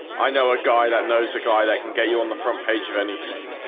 i know a guy that knows a guy that can get you on the front page of anything